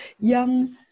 young